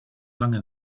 lange